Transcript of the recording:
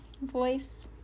voice